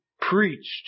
preached